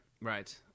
Right